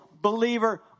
believer